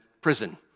prison